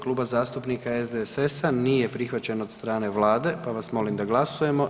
Kluba zastupnika SDSS-a, nije prihvaćen od strane Vlade pa vas molim da glasujemo.